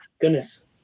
goodness